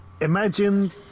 Imagine